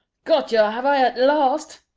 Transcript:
got yer, have i, at last?